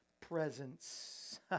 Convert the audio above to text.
presence